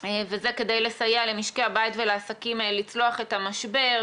וזה כדי לסייע למשרדי הבית ולעסקים לצלוח את המשבר,